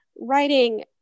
writing